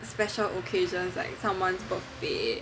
special occasions like someone's birthday